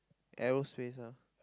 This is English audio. aerospace ah